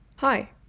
Hi